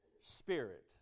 spirit